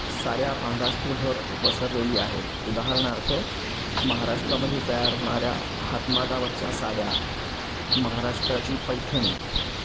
साऱ्या महाराष्ट्रभर पसरलेली आहेत उदाहरणार्थ महाराष्ट्रामध्ये तयार होणाऱ्या हातमागावरच्या साड्या महाराष्ट्राची पैठणी